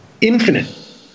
Infinite